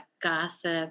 gossip